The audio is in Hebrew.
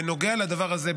בנוגע לדבר הזה,